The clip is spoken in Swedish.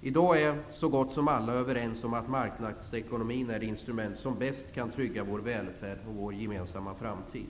I dag är så gott som alla överens om att marknadsekonomin är det instrument som bäst kan trygga vår välfärd och vår gemensamma framtid.